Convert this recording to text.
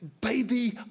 baby